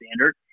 standard